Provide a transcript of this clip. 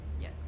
Yes